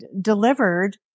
delivered